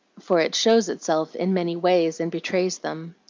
for it shows itself in many ways, and betrays them.